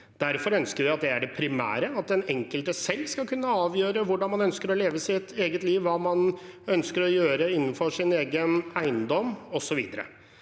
Derfor ønsker vi, og det er det primære, at den enkelte selv skal kunne avgjøre hvordan man ønsker å leve sitt eget liv, hva man ønsker å gjøre innenfor sin egen eiendom, og så videre.